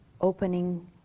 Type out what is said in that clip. opening